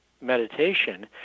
meditation